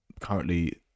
currently